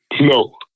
No